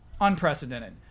unprecedented